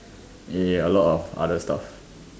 ya ya a lot of other stuff